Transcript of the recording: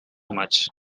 much